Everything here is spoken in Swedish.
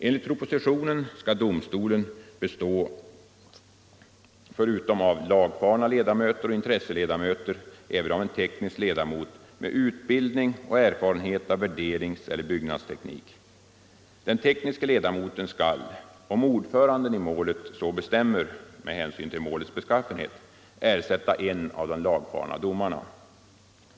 Enligt propositionen skall domstolen bestå förutom av lagfarna ledamöter och intresseledamöter även av en teknisk ledamot med utbildning för och erfarenhet av värderingseller byggnadsteknik. Den tekniske ledamoten skall, om ordföranden i målet så bestämmer med hänsyn till målets beskaffenhet, ersätta en av de lagfarna domarna.